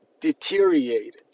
deteriorated